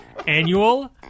annual